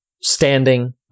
standing